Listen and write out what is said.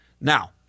Now